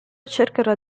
cercherà